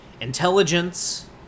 Intelligence